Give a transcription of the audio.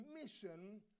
mission